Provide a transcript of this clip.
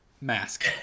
mask